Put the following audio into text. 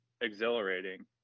exhilarating